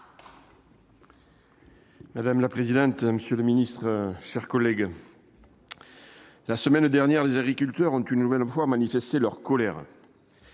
Madame la présidente, monsieur le ministre, chers collègues. La semaine dernière, les agriculteurs ont une nouvelle fois manifesté leur colère.